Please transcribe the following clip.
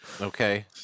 Okay